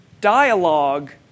dialogue